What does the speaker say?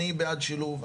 אני בעד שילוב,